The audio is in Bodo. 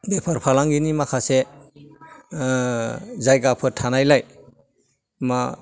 बेफार फालांगिनि माखासे ओह जायगाफोर थानायलाय मा